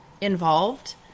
involved